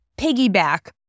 piggyback